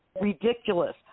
ridiculous